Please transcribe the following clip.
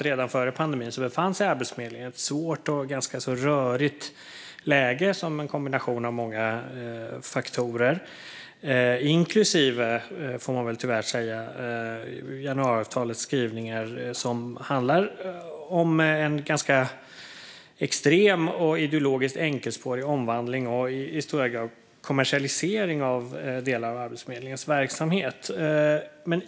Redan före pandemin befann sig Arbetsförmedlingen i ett svårt och ganska rörigt läge på grund av en kombination av många faktorer, inklusive januariavtalets skrivningar som handlar om en ganska extrem och ideologiskt enkelspårig omvandling och i hög grad kommersialisering av delar av Arbetsförmedlingens verksamhet.